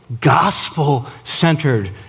gospel-centered